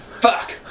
Fuck